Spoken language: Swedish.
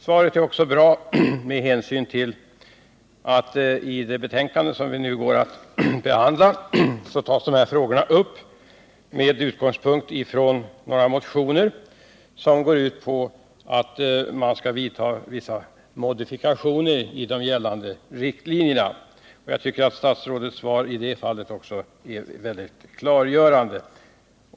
Svaret är också tillfredsställande med tanke på att dessa frågor i det betänkande vi nu går att behandla tas upp med utgångspunkt i många motioner som går ut på att man skall i viss mån modifiera de gällande riktlinjerna. Jag tycker att statsrådets svar också i det avseendet är mycket klargörande.